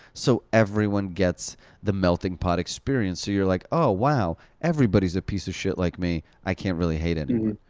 so that everyone gets the melting pot experience, so you're like, oh, wow, everybody's a piece of shit like me. i can't really hate anyone.